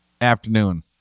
afternoon